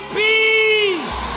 peace